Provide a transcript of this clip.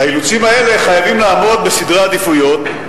האילוצים האלה חייבים לעמוד בסדרי עדיפויות,